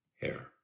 hair